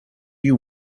you